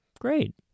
great